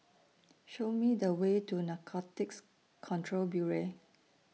Show Me The Way to Narcotics Control Bureau